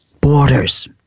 Borders